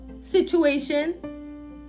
situation